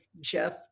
Jeff